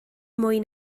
mwy